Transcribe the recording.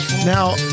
Now